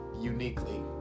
uniquely